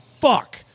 fuck